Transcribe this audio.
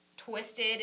twisted